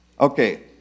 Okay